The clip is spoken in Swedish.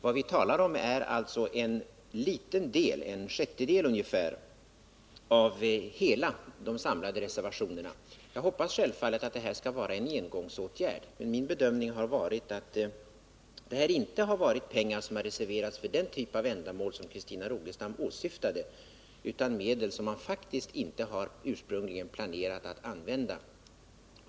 Vad vi talar om är alltså en liten del, ungefär en sjättedel, av de samlade reservationerna. Jag hoppas självfallet att detta skall vara en engångsåtgärd. Min bedömning har varit att detta inte är pengar som har reserverats för den typ av ändamål som Christina Rogestam åsyftade, utan medel som man faktiskt ursprungligen inte har planerat att använda.